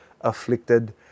afflicted